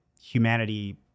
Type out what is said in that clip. humanity